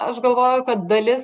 aš galvoju kad dalis